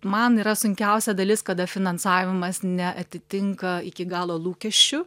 man yra sunkiausia dalis kada finansavimas neatitinka iki galo lūkesčių